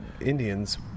Indians